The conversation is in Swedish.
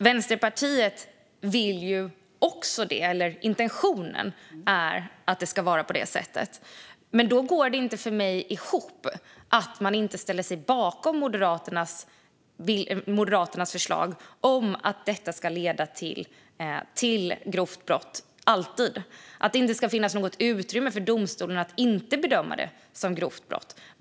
Vänsterpartiets intention är densamma, men då förstår jag inte varför man inte ställer sig bakom Moderaternas förslag om att detta alltid ska utgöra grovt brott och att det inte ska finnas något utrymme för domstolen att inte bedöma det som grovt brott.